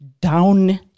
down